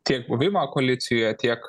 tiek buvimą koalicijoje tiek